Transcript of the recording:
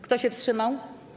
Kto się wstrzymał?